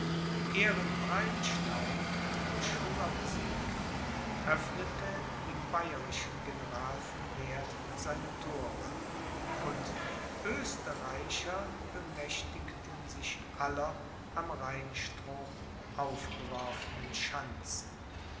ehrenbreitstein durch hunger besiegt öffnete dem bayerischen general von werth seine thore und die oesterreicher bemächtigten sich aller am rheinstrom aufgeworfenen schanzen